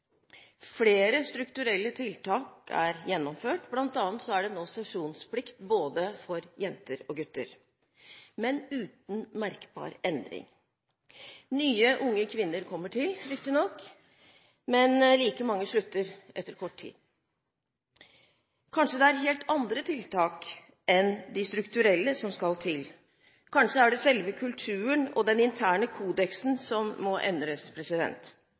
Flere strukturelle tiltak er gjennomført, bl.a. er det nå sesjonsplikt for både jenter og gutter – men uten merkbar endring. Nye unge kvinner kommer riktignok til, men like mange slutter etter kort tid. Kanskje det er helt andre tiltak enn de strukturelle som skal til. Kanskje er det selve kulturen og den interne kodeksen som må endres.